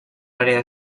àrea